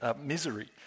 misery